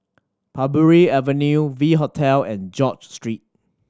Parbury Avenue V Hotel and George Street